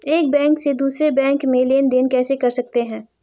एक बैंक से दूसरे बैंक में लेनदेन कैसे कर सकते हैं?